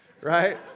right